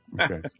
Okay